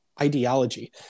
ideology